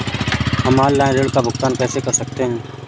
हम ऑनलाइन ऋण का भुगतान कैसे कर सकते हैं?